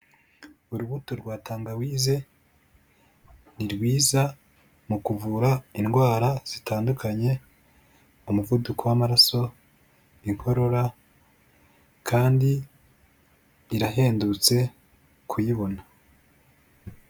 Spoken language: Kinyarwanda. Urubuto rwa tangawise ni rwiza mu kuvura indwara zitandukanye, umuvuduko w'amaraso, igorora, kandi rirahendutse kuyibona.